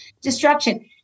destruction